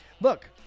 look